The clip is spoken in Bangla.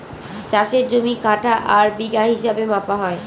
চাষের জমি কাঠা আর বিঘা হিসাবে মাপা হয়